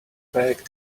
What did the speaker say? back